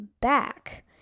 back